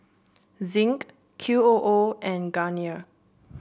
Zinc Q O O and Garnier